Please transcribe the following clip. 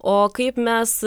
o kaip mes